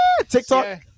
TikTok